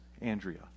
Andrea